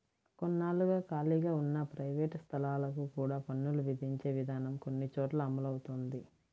కొన్నాళ్లుగా ఖాళీగా ఉన్న ప్రైవేట్ స్థలాలకు కూడా పన్నులు విధించే విధానం కొన్ని చోట్ల అమలవుతోంది